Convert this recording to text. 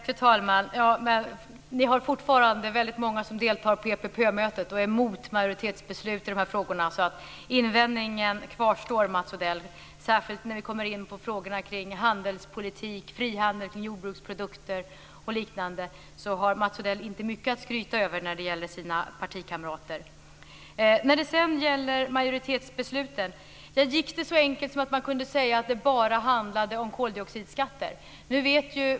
Fru talman! Ni har fortfarande väldigt många som deltar i EPP-möten och är emot majoritetsbeslut i de här frågorna. Invändningen kvarstår alltså, Mats Odell - särskilt när vi kommer in på frågorna kring handelspolitik, frihandel med jordbruksprodukter och liknande. Där har Mats Odell inte mycket att skryta med när det gäller sina partikamrater. Angående majoritetsbesluten är det inte så enkelt att man kan säga att det bara handlar om koldioxidskatter.